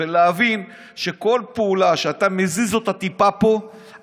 ולהבין שכל פעולה שאתה מזיז אותה טיפה פה,